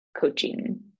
coaching